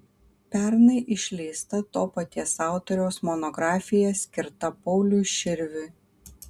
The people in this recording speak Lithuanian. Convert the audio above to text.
pernai išleista to paties autoriaus monografija skirta pauliui širviui